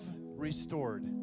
restored